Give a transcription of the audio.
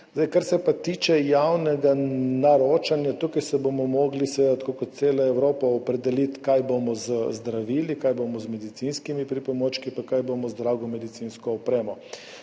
Kar se pa tiče javnega naročanja. Tukaj se bomo morali, seveda tako kot cela Evropa, opredeliti, kaj bomo z zdravili, kaj bomo z medicinskimi pripomočki pa kaj bomo z drago medicinsko opremo.